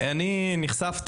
לצערי אני חוששת שלרוב,